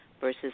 versus